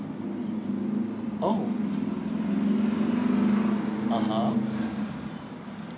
!ow! a'ah